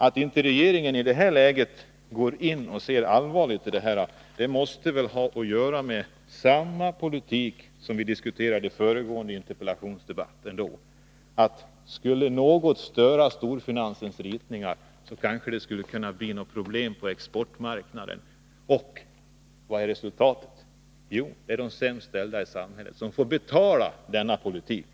Att regeringen i det här läget inte ser allvarligt på saken måste väl ha att göra med att man följer samma politik som vi diskuterade i föregående interpellationsdebatt — skulle något störa storfinansens ritningar kunde det bli problem på exportmarknaden. Vad är resultatet: Jo, att de sämst ställda i samhället får betala denna politik.